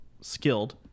skilled